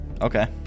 Okay